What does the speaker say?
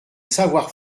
savoir